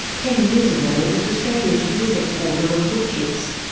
ten years ago it was australia's biggest exporter of woodchips.